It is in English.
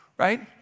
right